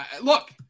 look